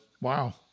wow